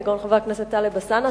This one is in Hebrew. כגון חבר הכנסת טלב אלסאנע,